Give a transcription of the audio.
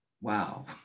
wow